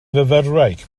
fyfyrwraig